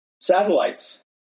satellites